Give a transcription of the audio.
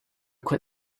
quit